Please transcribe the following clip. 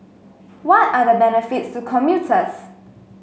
what are the benefits to commuters